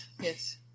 Yes